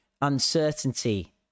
Uncertainty